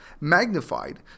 magnified